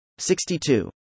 62